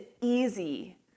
easy